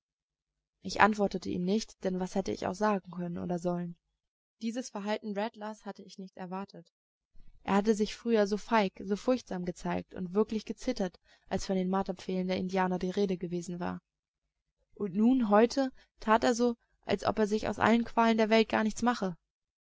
ich antwortete ihm nicht denn was hätte ich auch sagen können oder sollen dieses verhalten rattlers hatte ich nicht erwartet er hatte sich früher so feig so furchtsam gezeigt und wirklich gezittert als von den marterpfählen der indianer die rede gewesen war und nun heute tat er so als ob er sich aus allen qualen der welt gar nichts mache